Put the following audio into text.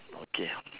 okay